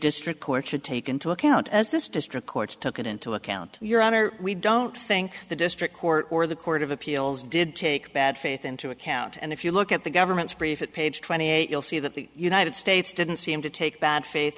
district court should take into account as this district courts took into account your honor we don't think the district court or the court of appeals did take bad faith into account and if you look at the government's brief it page twenty eight you'll see that the united states didn't seem to take bad faith